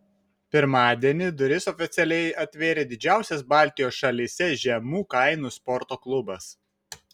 pirmadienį duris oficialiai atvėrė didžiausias baltijos šalyse žemų kainų sporto klubas